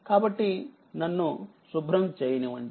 కాబట్టి నన్ను శుభ్రం చేయనివ్వండి